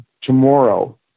tomorrow